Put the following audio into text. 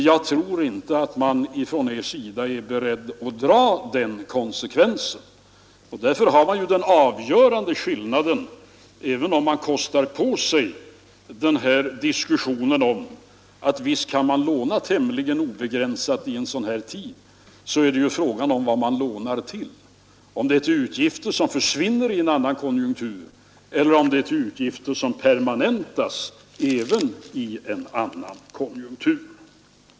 Jag tror inte att man från er sida är beredd att dra den konsekvensen, och därför har man denna avgörande skillnad, om man kostar på sig diskussionen om att visst kan man låna tämligen obegränsat i en sådan här tid. Det är ändå fråga om vad man lånar till — om det är till utgifter som försvinner i en annan konjunktur eller om det är till utgifter som permanentas även i en annan konjunktur.